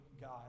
God